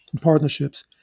partnerships